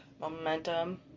momentum